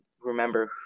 remember